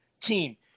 team